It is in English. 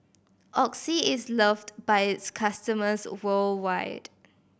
Oxy is loved by its customers worldwide